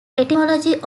etymology